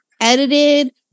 edited